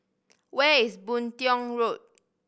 where is Boon Tiong Road